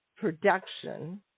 production